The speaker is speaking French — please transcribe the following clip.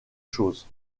choses